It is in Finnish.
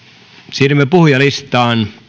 siirrymme puhujalistaan